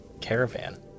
caravan